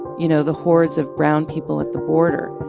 you know, the hordes of brown people at the border.